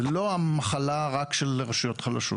זה לא המחלה רק של רשויות חלשות.